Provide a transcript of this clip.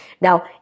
Now